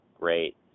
Great